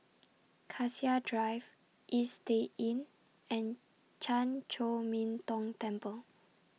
Cassia Drive Istay Inn and Chan Chor Min Tong Temple